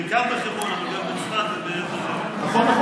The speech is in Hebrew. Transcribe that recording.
בעיקר בחברון, אבל גם בצפת, נכון, נכון.